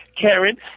Karen